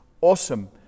Awesome